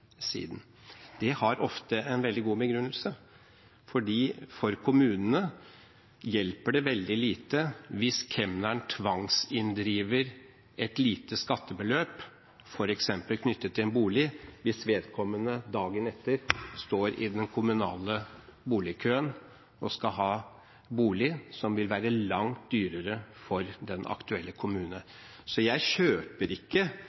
Det har ofte en veldig god begrunnelse: For kommunene hjelper det veldig lite hvis kemneren tvangsinndriver et lite skattebeløp, f.eks. knyttet til en bolig, hvis vedkommende dagen etter står i den kommunale boligkøen og skal ha en bolig som vil være langt dyrere for den aktuelle kommunen. Så jeg kjøper ikke